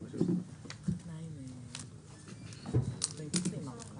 שלום לכולם, אני מתכבד לפתוח את הדיון.